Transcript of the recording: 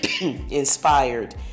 Inspired